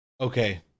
okay